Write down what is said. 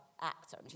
actor